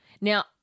Now